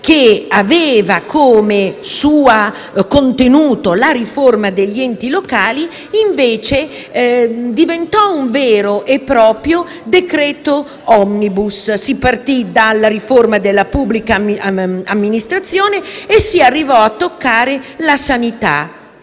che aveva come contenuto la riforma degli enti locali, diventò un vero e proprio decreto *omnibus*: si partì dalla riforma della pubblica amministrazione e si arrivò a toccare la sanità.